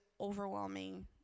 overwhelming